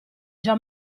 già